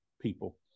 people